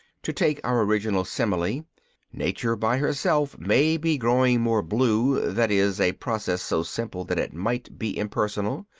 to take our original simile nature by herself may be growing more blue that is, a process so simple that it might be impersonal.